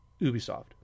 Ubisoft